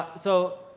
so,